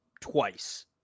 twice